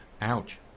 Ouch